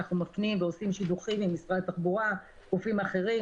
אנחנו מפנים ועושים שידוכים עם משרד התחבורה וגופים אחרים,